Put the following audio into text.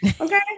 okay